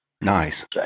Nice